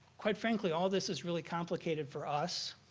quite frankly, all this is really complicated for us